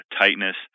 tightness